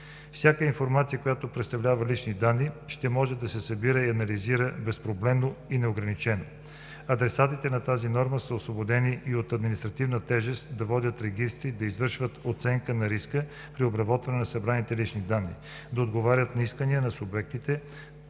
Всяка информация, която представлява лични данни, ще може да се събира и анализира безпроблемно и неограничено. Адресатите на тази норма са освободени и от административната тежест да водят регистри, да извършват оценка на риска при обработване на събраните лични данни, да отговарят на искания на субектите